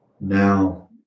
Now